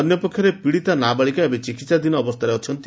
ଅନ୍ୟପକ୍ଷରେ ପୀଡିତା ନାବାଳିକା ଏବେ ଚିକିହାଧୀନ ଅବସ୍ଥାରେ ଅଛନ୍ତି